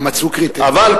הם מצאו קריטריונים,